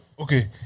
Okay